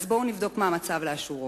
אז בואו נבדוק מה המצב לאשורו.